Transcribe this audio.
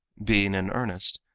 being in earnest,